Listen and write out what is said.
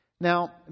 Now